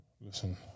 listen